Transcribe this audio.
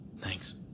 Thanks